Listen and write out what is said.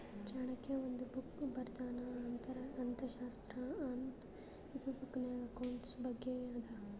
ಚಾಣಕ್ಯ ಒಂದ್ ಬುಕ್ ಬರ್ದಾನ್ ಅರ್ಥಶಾಸ್ತ್ರ ಅಂತ್ ಇದು ಬುಕ್ನಾಗ್ ಅಕೌಂಟ್ಸ್ ಬಗ್ಗೆ ಅದಾ